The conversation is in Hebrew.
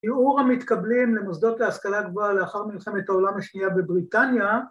ש‫יעור המתקבלים למוסדות להשכלה גבוהה ‫לאחר מלחמת העולם השנייה בבריטניה